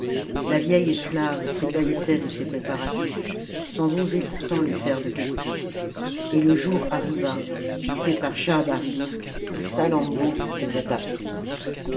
la vieille esclave s'ébahissait de ces préparatifs sans oser pourtant lui faire de questions et le jour arriva fixé par schahabarim où salammbô devait partir